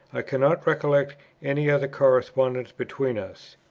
i cannot recollect any other correspondence between us.